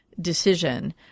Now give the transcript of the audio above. decision